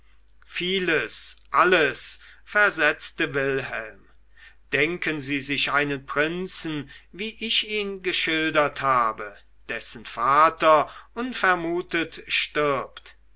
vieles alles versetzte wilhelm denken sie sich einen prinzen wie ich ihn geschildert habe dessen vater unvermutet stirbt